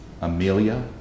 Amelia